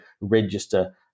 register